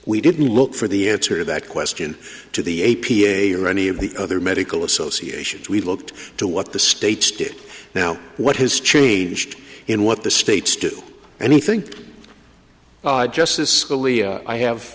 we didn't look for the answer to that question to the a p a or any of the other medical associations we looked to what the states did now what has changed in what the states do anything